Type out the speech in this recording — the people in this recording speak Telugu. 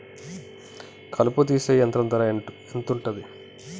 కలుపు తీసే యంత్రం ధర ఎంతుటది?